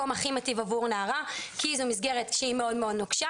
הכי מטיב עבור נערה כי זאת מסגרת שהיא מאוד נוקשה